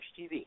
TV